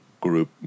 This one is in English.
group